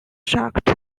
shocked